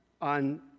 on